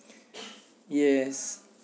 yes